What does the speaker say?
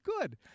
Good